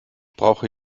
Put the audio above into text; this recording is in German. brauche